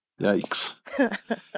Yikes